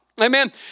Amen